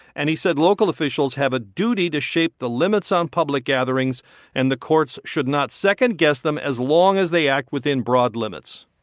and he said local officials have a duty to shape the limits on public gatherings and the courts should not second guess them as long as they act within broad limits.